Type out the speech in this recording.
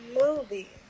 movie